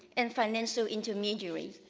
and financial intermediary.